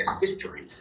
history